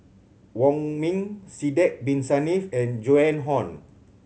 Wong Ming Sidek Bin Saniff and Joan Hon